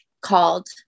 called